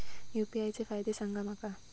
UPI चे फायदे सांगा माका?